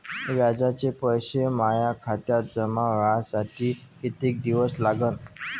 व्याजाचे पैसे माया खात्यात जमा व्हासाठी कितीक दिवस लागन?